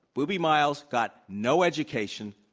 boobie miles got no education.